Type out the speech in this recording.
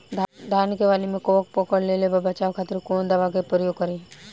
धान के वाली में कवक पकड़ लेले बा बचाव खातिर कोवन दावा के प्रयोग करी?